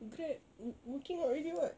Grab wo~ working out already [what]